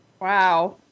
Wow